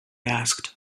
asked